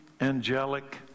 angelic